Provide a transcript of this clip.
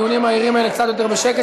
לנהל את הדיונים הערים האלה קצת יותר בשקט,